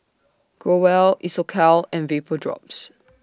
Growell Isocal and Vapodrops